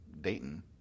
Dayton